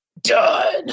done